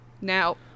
Now